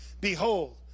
behold